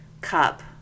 cup